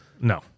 No